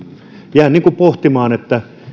jään pohtimaan